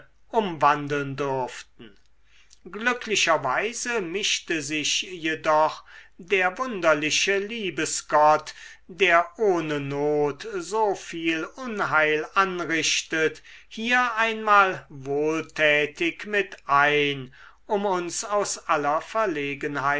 umwandeln durften glücklicherweise mischte sich jedoch der wunderliche liebesgott der ohne not so viel unheil anrichtet hier einmal wohltätig mit ein um uns aus aller verlegenheit